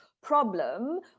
problem